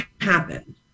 happen